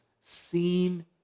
seen